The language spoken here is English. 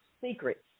secrets